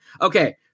Okay